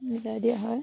মিলাই দিয়া হয়